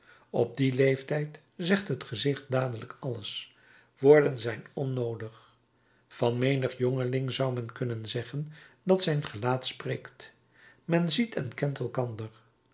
op dien leeftijd zegt het gezicht dadelijk alles woorden zijn onnoodig van menig jongeling zou men kunnen zeggen dat zijn gelaat spreekt men ziet en kent elkander